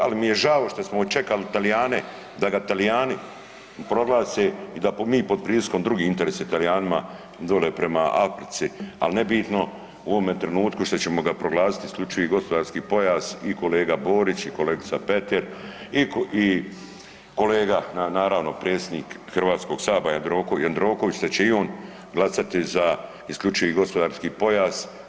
Ali mi je žao što smo čekali Talijane da ga Talijani proglase i da mi pod pritiskom drugih, interes je Talijanima dolje prema Africi, ali nebitno, u ovome trenutku što ćemo ga proglasiti isključivi gospodarski pojas i kolega Borić, i kolegica Petir, i kolega naravno predsjednik Hrvatskoga sabora Jandroković da će i on glasati za isključivi gospodarski pojas.